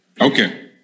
okay